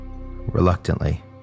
Reluctantly